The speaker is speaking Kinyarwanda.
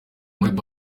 muri